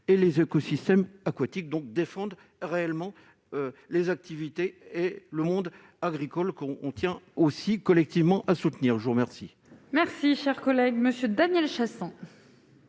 et les écosystèmes aquatiques donc défendent réellement les activités et le monde agricole qu'on on tient aussi collectivement à soutenir, je vous remercie. Merci, cher collègue Monsieur Daniel chassant.